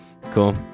cool